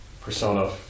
Persona